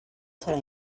serà